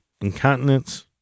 incontinence